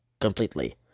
completely